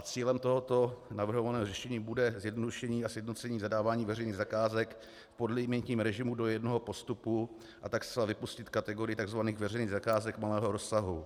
Cílem tohoto navrhovaného řešení bude zjednodušení a sjednocení zadávání veřejných zakázek v podlimitním režimu do jednoho postupu, a tak zcela vypustit kategorii tzv. veřejných zakázek malého rozsahu.